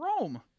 Rome